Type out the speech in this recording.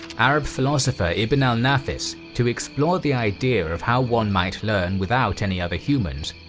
arab philosopher ibn al-nafis, to explore the idea of how one might learn without any other humans,